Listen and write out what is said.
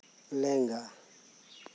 ᱞᱮᱸᱜᱟ